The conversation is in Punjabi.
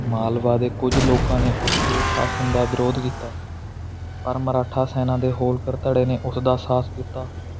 ਮਾਲਵਾ ਦੇ ਕੁਝ ਲੋਕਾਂ ਨੇ ਉਸ ਦੇ ਸ਼ਾਸਨ ਦਾ ਵਿਰੋਧ ਕੀਤਾ ਪਰ ਮਰਾਠਾ ਸੈਨਾ ਦੇ ਹੋਲਕਰ ਧੜੇ ਨੇ ਉਸ ਦਾ ਸਾਥ ਦਿੱਤਾ